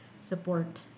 support